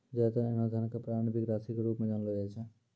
ज्यादातर ऐन्हों धन क प्रारंभिक राशि के रूप म जानलो जाय छै